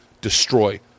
destroy